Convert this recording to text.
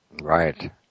Right